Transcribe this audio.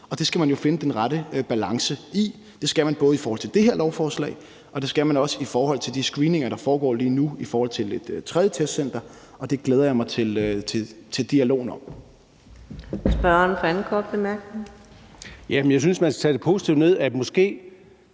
Og det skal man jo finde den rette balance i. Det skal man både i forhold til det her lovforslag, og det skal man i forhold til de screeninger, der foregår lige nu, hvad angår et tredje testcenter, og det glæder jeg mig til dialogen om. Kl. 19:40 Fjerde næstformand (Karina Adsbøl): Spørgeren for sin anden